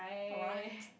all right